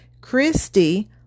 Christy